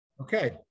Okay